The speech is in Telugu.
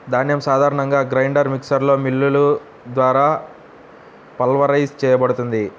ధాన్యం సాధారణంగా గ్రైండర్ మిక్సర్లో మిల్లులు ద్వారా పల్వరైజ్ చేయబడుతుంది